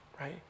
right